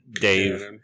Dave